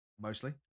Mostly